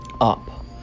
up